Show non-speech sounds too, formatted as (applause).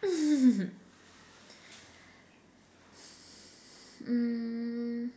(laughs) mm